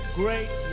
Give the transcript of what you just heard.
great